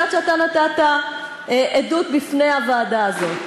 אני יודעת שאתה נתת עדות בפני הוועדה הזאת.